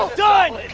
done!